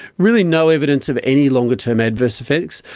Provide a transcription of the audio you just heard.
really no evidence of any longer-term adverse effects.